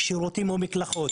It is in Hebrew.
שירותים וחניות,